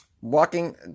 Walking